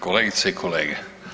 Kolegice i kolege.